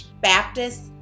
Baptist